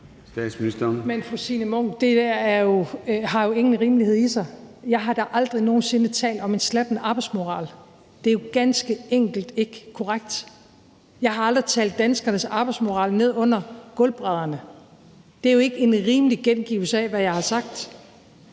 Men fru Signe Munk, det der har jo ingen rimelighed i sig. Jeg har da aldrig nogen sinde talt om en slatten arbejdsmoral. Det er jo ganske enkelt ikke korrekt. Jeg har aldrig talt danskernes arbejdsmoral ned under gulvbrædderne. Det er jo ikke en rimelig gengivelse af, hvad jeg har sagt.